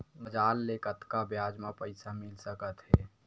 बजार ले कतका ब्याज म पईसा मिल सकत हे?